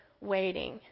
waiting